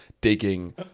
digging